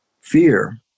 fear